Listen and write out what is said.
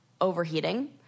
overheating